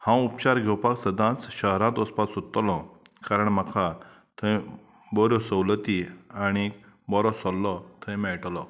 हांव उपचार घेवपाक सदांच शहरांत वचपाक सोदतलो कारण म्हाका थंय बऱ्यो सवलती आनीक बरो सल्लो थंय मेळटलो